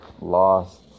Lost